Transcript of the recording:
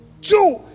Two